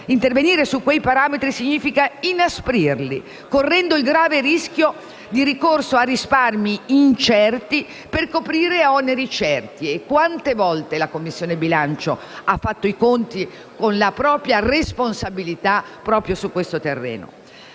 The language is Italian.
intervenire su quei parametri significa inasprirli, correndo il grave rischio di ricorso a risparmi incerti per coprire oneri certi. Quante volte la Commissione bilancio ha fatto i conti con la propria responsabilità proprio su questo terreno.